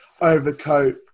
overcoat